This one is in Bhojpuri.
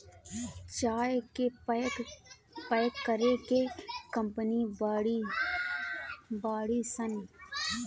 चाय के पैक करे के कंपनी बाड़ी सन